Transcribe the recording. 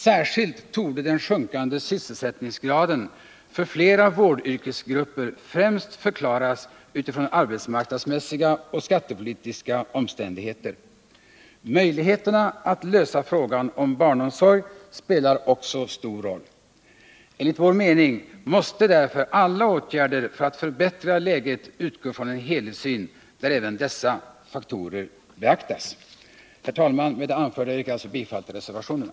Särskilt torde den sjunkande sysselsättningsgraden för flera vårdyrkesgrupper kunna förklaras med utgångspunkt i arbetsmarknadsmässiga och skattepolitiska omständigheter. Möjligheterna att lösa frågan om barnomsorg spelar också stor roll. Enligt vår mening måste därför alla åtgärder för att förbättra läget utgå från en helhetssyn, där även dessa faktorer beaktas. Herr talman! Med det anförda yrkar jag bifall till reservationerna.